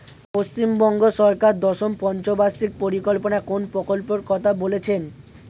পশ্চিমবঙ্গ সরকার দশম পঞ্চ বার্ষিক পরিকল্পনা কোন প্রকল্প কথা বলেছেন?